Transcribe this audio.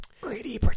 Greedy